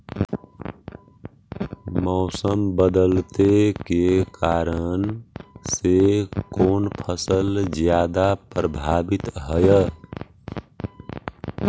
मोसम बदलते के कारन से कोन फसल ज्यादा प्रभाबीत हय?